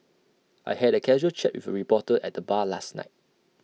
I had A casual chat with A reporter at the bar last night